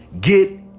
Get